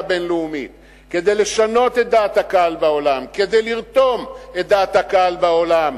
הבין-לאומית כדי לשנות את דעת הקהל בעולם,